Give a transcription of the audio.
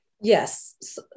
Yes